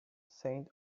saint